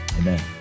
Amen